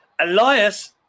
Elias